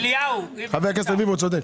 זה בדיוק העניין, חבר הכנסת אזולאי.